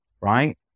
right